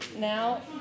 Now